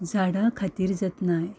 झाडां खातीर जतनाय